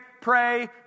pray